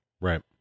Right